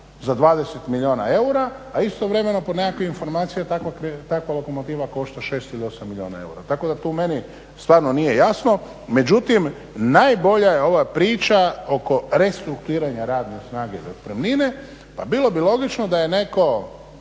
za 20 milijuna eura, a istovremeno po nekakvim informacijama takva lokomotiva košta 6 ili 8 milijuna eura. Tako da tu meni stvarno nije jasno. Međutim, najbolja je ova priča oko restrukturiranja radne snage za otpremnine. Pa bilo bi logično da je netko